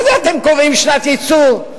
מה זה אתם קובעים שנת ייצור?